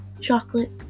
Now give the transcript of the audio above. chocolate